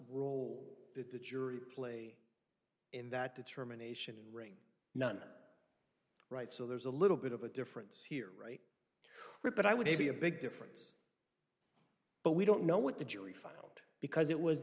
role that the jury play in that the termination ring none right so there's a little bit of a difference here right rip but i would be a big difference but we don't know what the jury found because it was